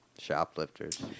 Shoplifters